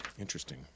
interesting